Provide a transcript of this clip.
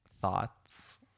thoughts